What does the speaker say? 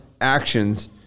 actions